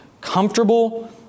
comfortable